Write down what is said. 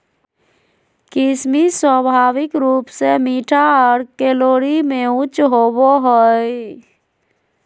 किशमिश स्वाभाविक रूप से मीठा आर कैलोरी में उच्च होवो हय